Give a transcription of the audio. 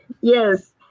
yes